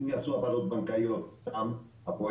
אם יעשו העברות בנקאיות סתם,